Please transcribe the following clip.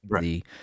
the-